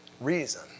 reason